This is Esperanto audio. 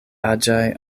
aĝaj